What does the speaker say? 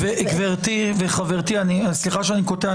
גברתי וחברתי, סליחה שאני קוטע.